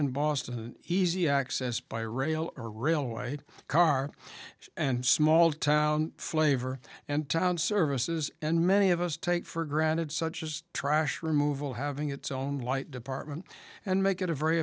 and boston easy access by rail or rail i had car and small town flavor and town services and many of us take for granted such as trash removal having its own light department and make it a very